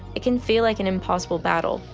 it can feel like an impossible battle.